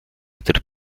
który